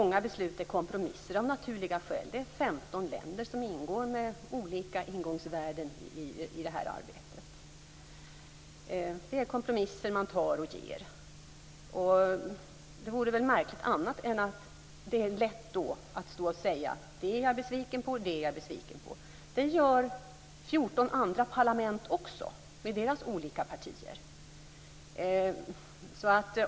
Många beslut är av naturliga skäl kompromisser. Det är femton länder som deltar med olika ingångsvärden i arbetet. Det är kompromisser, och man tar och ger. Det vore väl märkligt om det då inte vore lätt att säga: Det är jag besviken på, och det är jag besviken på. Det gör man också i olika partier i fjorton andra parlament.